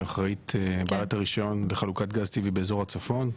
שאחראית ובעלת הרישיון לחלוקת גז טבעי באזור הצפון.